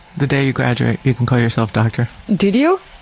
the day you graduate, you can call yourself doctor. did you?